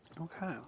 Okay